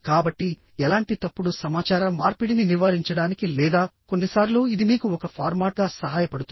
కాబట్టిఎలాంటి తప్పుడు సమాచార మార్పిడిని నివారించడానికి లేదా కొన్నిసార్లు ఇది మీకు ఒక ఫార్మాట్గా సహాయపడుతుంది